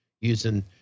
using